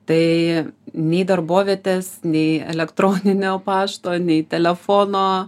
tai nei darbovietės nei elektroninio pašto nei telefono